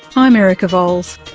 i'm erica vowles.